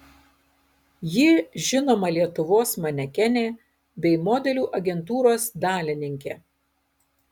ji žinoma lietuvos manekenė bei modelių agentūros dalininkė